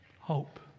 Hope